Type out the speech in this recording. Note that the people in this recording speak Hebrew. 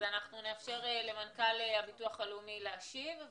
נאפשר למנכ"ל הביטוח הלאומי להשיב.